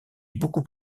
beaucoup